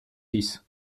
six